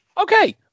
Okay